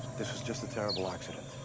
this was just a terrible accident.